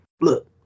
look